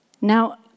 Now